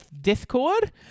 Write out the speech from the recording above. Discord